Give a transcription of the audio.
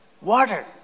Water